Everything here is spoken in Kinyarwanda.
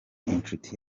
inshuti